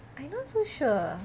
I not so sure